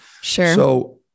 Sure